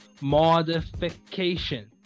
modification